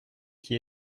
qui